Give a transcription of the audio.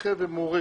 מנחה ומורה